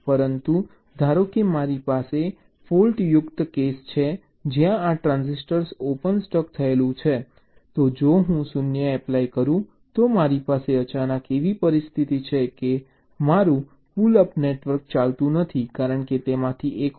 પરંતુ ધારો કે મારી પાસે ફૉલ્ટ્યુક્ત કેસ છે જ્યાં આ ટ્રાન્ઝિસ્ટર ઓપન સ્ટક થયેલું છે તો જો હું 0 0 એપ્લાય કરું તો મારી પાસે અચાનક એવી પરિસ્થિતિ છે કે મારું પુલ અપ નેટવર્ક ચાલતું નથી કારણ કે તેમાંથી એક ઑફ છે